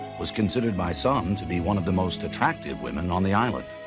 was considered by some to be one of the most attractive women on the um ah